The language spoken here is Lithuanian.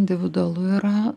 individualu yra